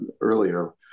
earlier